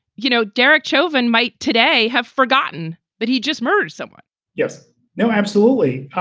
you know, derek koven might today have forgotten, but he just murdered someone yes. no, absolutely.